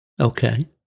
Okay